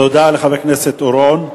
תודה לחבר הכנסת אורון.